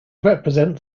represent